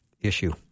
issue